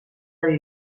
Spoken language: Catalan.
del